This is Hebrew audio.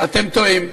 אתם טועים.